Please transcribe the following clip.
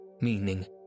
meaning